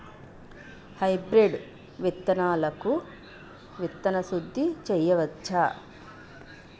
Hybrid విత్తనాలకు విత్తన శుద్ది చేయవచ్చ?